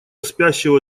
спящего